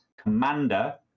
commander